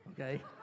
okay